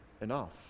enough